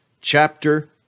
chapter